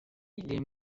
les